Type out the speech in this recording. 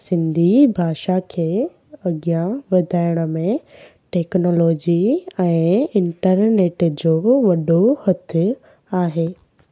सिंधी भाषा खे अॻियां वधाइण में टेक्नोलॉजी ऐं इंटरनेट जो बि वॾो हथु आहे